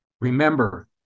remember